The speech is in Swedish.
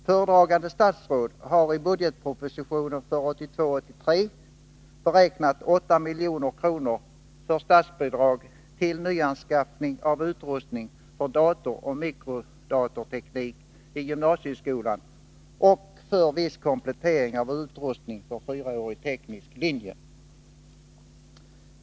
Föredragande statsråd har i budgetpropositionen för 1982/83 beräknat 8 milj.kr. i statsbidrag till nyanskaffning av utrustning för datoroch mikrodatorteknik i gymnasieskolan och för viss komplettering av utrustning för fyraårig teknisk linje.